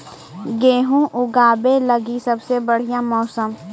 गेहूँ ऊगवे लगी सबसे बढ़िया मौसम?